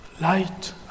Light